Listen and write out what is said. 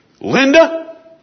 Linda